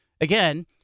again